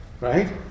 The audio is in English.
Right